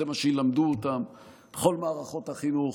שזה מה שילמדו אותם בכל מערכות החינוך,